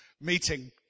meeting